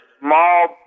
small